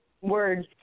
words